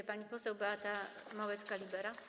Jest pani poseł Beata Małecka-Libera?